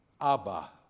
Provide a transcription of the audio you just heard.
Abba